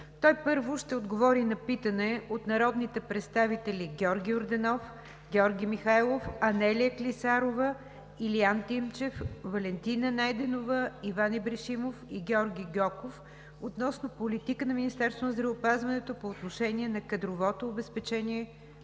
той ще отговори на питане от народните представители Георги Йорданов, Георги Михайлов, Анелия Клисарова, Илиян Тимчев, Валентина Найденова, Иван Ибришимов и Георги Гьоков относно политиката на Министерството на здравеопазването по отношение на кадровото обезпечение